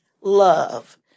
love